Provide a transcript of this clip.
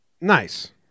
nice